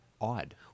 odd